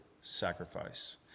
sacrifice